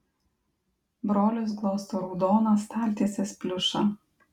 brolis glosto raudoną staltiesės pliušą